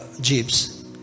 jeeps